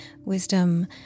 wisdom